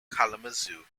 kalamazoo